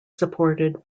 supported